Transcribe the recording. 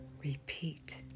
repeat